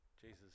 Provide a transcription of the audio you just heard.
Jesus